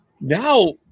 now